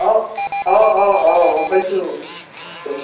অঁ অঁ অঁ অঁ গম পাইছোঁ